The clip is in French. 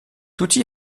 outil